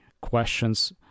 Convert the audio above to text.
questions